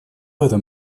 этом